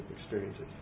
experiences